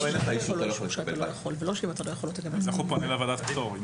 איך הוא פונה לוועדת פטור?